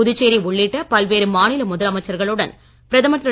புதுச்சேரி உள்ளிட்ட பல்வேறு மாநில முதல்வர்களுடன் பிரதமர் திரு